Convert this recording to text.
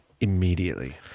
immediately